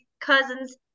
cousins